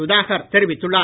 சுதாகர் தெரிவித்துள்ளார்